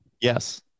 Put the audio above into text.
Yes